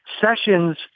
Sessions